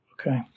Okay